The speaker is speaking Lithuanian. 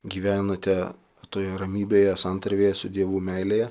gyvenate toje ramybėje santarvėje su dievu meilėje